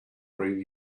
bring